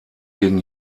gegen